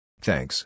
Thanks